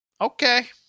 Okay